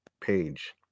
page